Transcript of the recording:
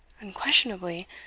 Unquestionably